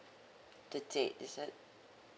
the date is it